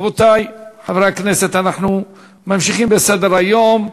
רבותי חברי הכנסת, אנחנו ממשיכים בסדר-היום: